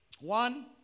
One